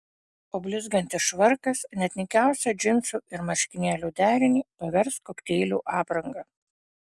o blizgantis švarkas net nykiausią džinsų ir marškinėlių derinį pavers kokteilių apranga